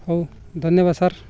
ହଉ ଧନ୍ୟବାଦ ସାର୍